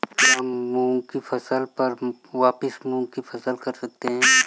क्या मूंग की फसल पर वापिस मूंग की फसल कर सकते हैं?